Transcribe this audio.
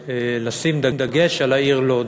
לשים דגש על העיר לוד,